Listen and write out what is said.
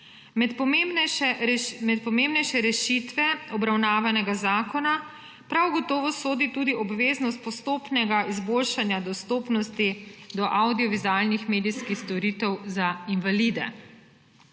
Med pomembnejše rešitve obravnavanega zakona prav gotovo sodi tudi obveznost postopnega izboljšanja dostopnosti do avdiovizualnih medijskih storitev za invalide.